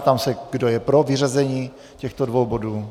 Ptám se, kdo je pro vyřazení těchto dvou bodů.